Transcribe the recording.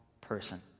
person